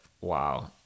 wow